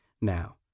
now